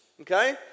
Okay